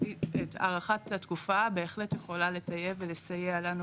הארכת התקופה בהחלט יכולה לטייב ולסייע לנו